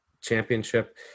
championship